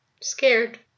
scared